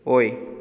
ꯑꯣꯏ